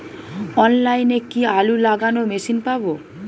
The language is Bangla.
অনলাইনে কি আলু লাগানো মেশিন পাব?